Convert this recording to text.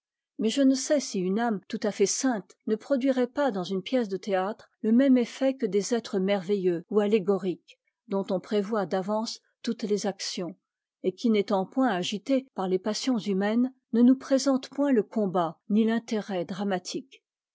mais je ne sais si une âme tout à fait sainte ne produirait pas dans une pièce de théâtre le même effet que des êtres merveilleux ou attégoriques dont on prévoit d'avance toutes les actions et qui n'étant point agités par les passions humaines ne nous présentent point le combat ni t'intérêt dramatique